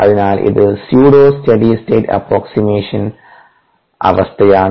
അതിനാൽ ഇത് pseudo steady state approximation അവസ്ഥയാണ്